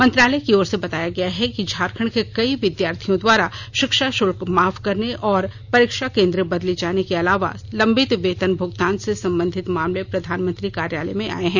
मंत्रालय की ओर से बताया गया है कि झारखंड के कई विद्यार्थियों द्वारा शिक्षा शुल्क माफ करने और परीक्षा केंद्र बदले जाने के अलावा लंबित वेतन भगतान से संबंधित मामले प्रधानमंत्री कार्यालय में आये हैं